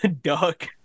duck